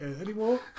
anymore